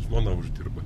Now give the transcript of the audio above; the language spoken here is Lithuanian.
žmona uždirba